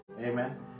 Amen